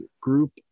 group